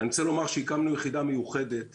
הקמנו יחידה מיוחדת